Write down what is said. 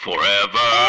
Forever